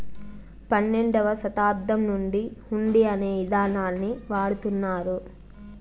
పన్నెండవ శతాబ్దం నుండి హుండీ అనే ఇదానాన్ని వాడుతున్నారు